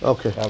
Okay